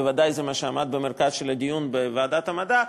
בוודאי זה מה שעמד במרכז הדיון בוועדת המדע,